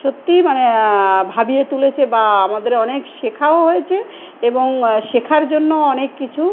সত্যিই মানে ভাবিয়ে তুলেছে বা আমাদের অনেক শেখাও হয়েছে এবং শেখার জন্যও অনেক কিছু